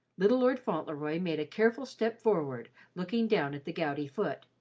little lord fauntleroy made a careful step forward, looking down at the gouty foot.